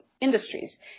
industries